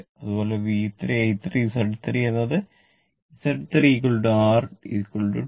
അതുപോലെ V3 I 3 Z 3 എന്നത് Z 3 R 2 Ω